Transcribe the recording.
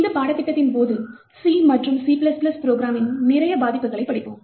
இந்த பாடத்திட்டத்தின் போது C மற்றும் C ப்ரோக்ராமின் நிறைய பாதிப்புகளைப் படிப்போம்